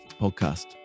Podcast